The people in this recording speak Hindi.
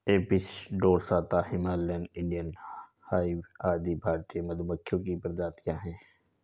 Apis dorsata, Himalayan, Indian hive आदि भारतीय मधुमक्खियों की प्रजातियां है